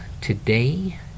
today